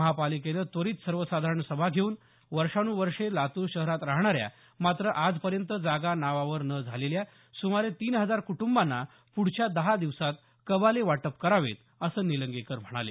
महानगरपालिकेनं त्वरित सर्वसाधारण सभा घेऊन वर्षानुवर्षे लातूर शहरात राहणाऱ्या मात्र आजपर्यंत जागा नावावर न झालेल्या सुमारे तीन हजार कुटुंबांना पुढच्या दहा दिवसांत कबाले वाटप करावेत असं निलंगेकर म्हणाले